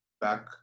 back